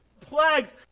plagues